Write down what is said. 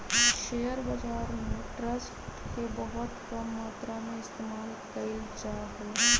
share बाजार में trust के बहुत कम मात्रा में इस्तेमाल कइल जा हई